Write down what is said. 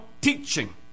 teaching